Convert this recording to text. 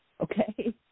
Okay